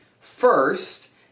First